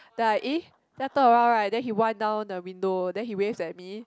then I eh then I turn around right then he wind down the window then he waved at me